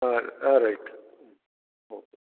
ah ah right hmm okay